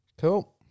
Cool